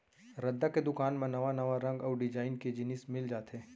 रद्दा के दुकान म नवा नवा रंग अउ डिजाइन के जिनिस मिल जाथे